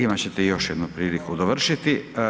Imat ćete još jednu priliku dovršiti.